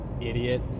idiot